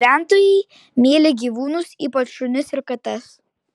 gyventojai myli gyvūnus ypač šunis ir kates